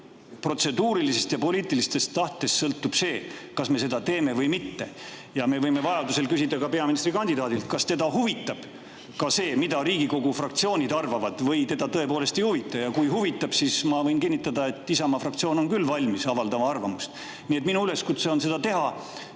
protseduurilisest ja poliitilisest tahtest sõltub see, kas me seda teeme või mitte. Me võime vajaduse korral küsida ka peaministrikandidaadilt, kas teda huvitab see, mida Riigikogu fraktsioonid arvavad, või teda see tõepoolest ei huvita. Kui huvitab, siis ma võin kinnitada, et Isamaa fraktsioon on küll valmis arvamust avaldama. Nii et minu üleskutse on seda teha.